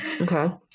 Okay